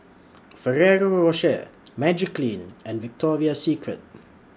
Ferrero Rocher Magiclean and Victoria Secret